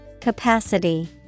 Capacity